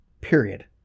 period